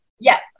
Yes